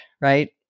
right